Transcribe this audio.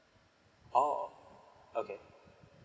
orh okay